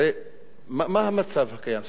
הרי מה המצב הקיים?